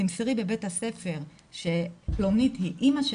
תמסרי בבית הספר שפלונית היא אימא שלך,